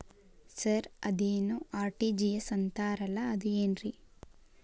Sir ಅದೇನು RTGS ಅಂತಾರಲಾ ಅದು ಏನ್ರಿ?